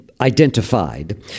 identified